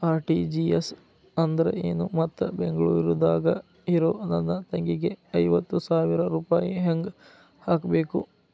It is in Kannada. ಆರ್.ಟಿ.ಜಿ.ಎಸ್ ಅಂದ್ರ ಏನು ಮತ್ತ ಬೆಂಗಳೂರದಾಗ್ ಇರೋ ನನ್ನ ತಂಗಿಗೆ ಐವತ್ತು ಸಾವಿರ ರೂಪಾಯಿ ಹೆಂಗ್ ಹಾಕಬೇಕು?